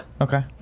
Okay